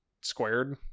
squared